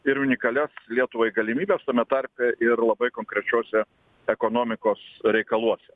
ir unikalias lietuvai galimybes tame tarpe ir labai konkrečiuose ekonomikos reikaluose